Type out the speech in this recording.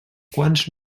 quants